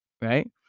right